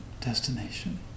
destination